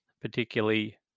particularly